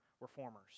reformers